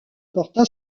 porta